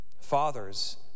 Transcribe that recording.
Fathers